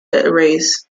arrays